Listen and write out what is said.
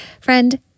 friend